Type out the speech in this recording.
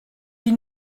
wie